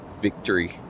victory